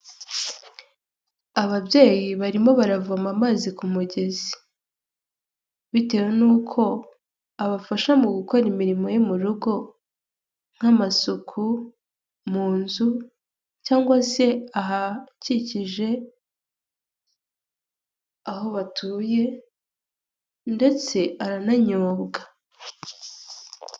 Ababyeyi barimo baravoma amazi ku mugezi . Bitewe n'uko abafasha mu gukora imirimo yo mu rugo ,nk'amasuku mu nzu cyangwa se ahakikije aho batuye ndetse arananyobwa.